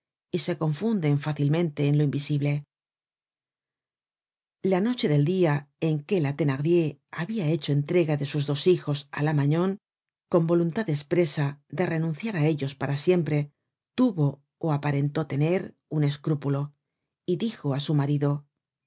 y se confunden fácilmente en lo invisible content from google book search generated at la noche del dia en que la thenardier habia hecho entrega de sus dos hijos á la magnon con voluntad espresa de renunciar á ellos para siempre tuvo ó aparentó tener un escrúpulo y